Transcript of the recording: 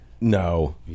No